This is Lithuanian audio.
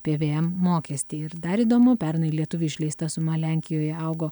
pvm mokestį ir dar įdomu pernai lietuvių išleista suma lenkijoje augo